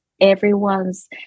everyone's